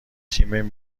تیم